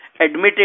Admitted